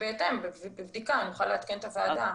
בהתאם ובבדיקה נוכל לעדכן את הוועדה.